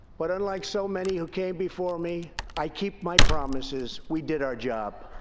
but unlike so many who came before me, i keep my promises. we did our job.